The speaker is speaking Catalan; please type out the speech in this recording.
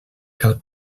cal